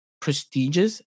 prestigious